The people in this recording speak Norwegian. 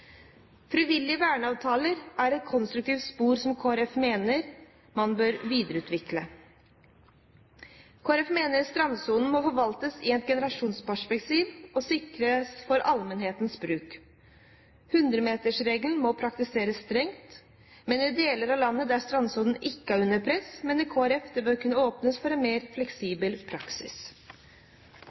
Frivillige verneavtaler er et konstruktivt spor som Kristelig Folkeparti mener bør videreutvikles. Kristelig Folkeparti mener strandsonen må forvaltes i et generasjonsperspektiv og sikres for allmennhetens bruk. Hundremetersregelen må praktiseres strengt, men i deler av landet der strandsonen ikke er under press, mener Kristelig Folkeparti det bør kunne åpnes for en mer fleksibel praksis.